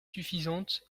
suffisante